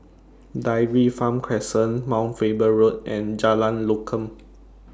Dairy Farm Crescent Mount Faber Road and Jalan Lokam